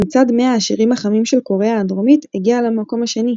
במצעד 100 השירים החמים של קוריאה הדרומית הגיע למקום השני.